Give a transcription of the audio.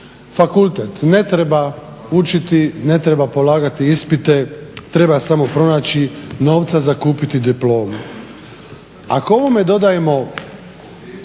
Fakultet, ne treba učiti, ne treba polagati ispite, treba samo pronaći novca za kupiti diplomu. Ako ovome dodajemo